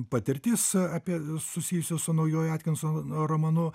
patirtis apie susijusi su naujuoju atkinson romanu